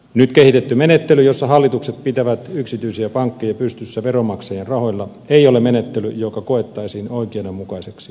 nyt kehitetty menettely jossa hallitukset pitävät yksityisiä pankkeja pystyssä veronmaksajien rahoilla ei ole menettely joka koettaisiin oikeudenmukaiseksi